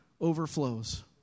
overflows